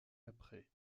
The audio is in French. après